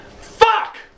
Fuck